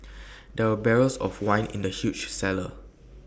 there were barrels of wine in the huge cellar